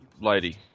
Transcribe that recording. lady